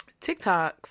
TikToks